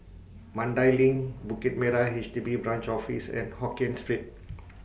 Mandai LINK Bukit Merah H D B Branch Office and Hokkien Street